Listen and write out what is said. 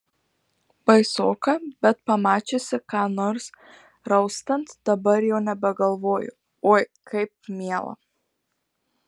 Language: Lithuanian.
baisoka bet pamačiusi ką nors raustant dabar jau nebegalvoju oi kaip miela